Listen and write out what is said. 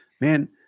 man